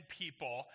people